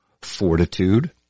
fortitude